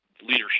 leadership